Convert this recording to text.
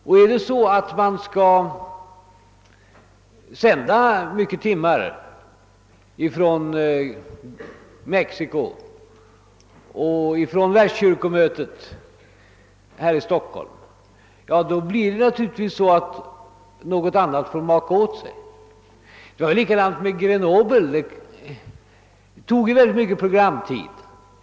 Och skall det bli många sändningstimmar från olympiska spelen i Mexiko och från världskyrkomötet i Uppsala får naturligtvis några andra programinslag maka åt sig. Det var likadant med Grenoble, som tog mycken programtid.